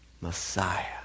Messiah